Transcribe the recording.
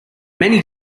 many